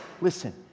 Listen